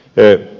puhemies